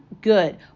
good